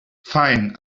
fine